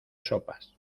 sopas